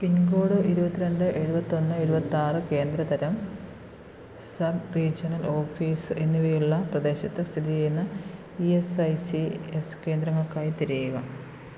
pincode ഇരുപത്തിരണ്ട് എഴുപത്തൊന്ന് എഴുപത്തി ആറ് കേന്ദ്ര തരം സബ് റീജിയണൽ ഓഫീസ് എന്നിവയുള്ള പ്രദേശത്ത് സ്ഥിതി ചെയ്യുന്ന E S I C S കേന്ദ്രങ്ങൾക്കായി തിരയുക